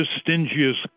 stingiest